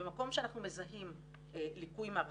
במקום שאנחנו מזהים ליקוי מערכתי,